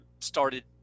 started